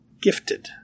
gifted